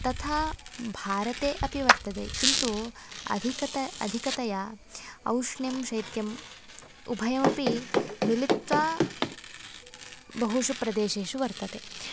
तथा भारते अपि वर्तते किन्तु अधिकत अधिकतया औष्ण्यं शैत्यं उभयमपि मिलित्वा बहुषु प्रदेशेषु वर्तते